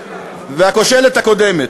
והכושלת הקודמת.